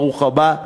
ברוך הבא,